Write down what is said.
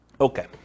Okay